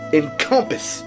encompass